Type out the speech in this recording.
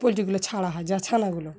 পোলট্রিগুলো ছাড়া হলো যা ছাড়া হলো